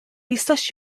jistax